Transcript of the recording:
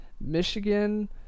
Michigan